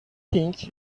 think